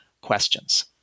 Questions